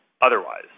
otherwise